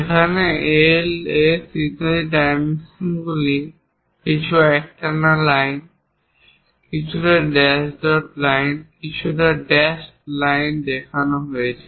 যেখানে L S ইত্যাদি ডাইমেনশনগুলিকে কিছু একটানা লাইন কিছু ড্যাশ ডট লাইন কিছু ড্যাশড লাইন দেখানো হয়েছে